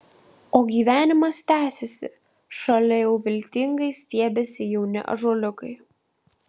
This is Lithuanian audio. o gyvenimas tęsiasi šalia jau viltingai stiebiasi jauni ąžuoliukai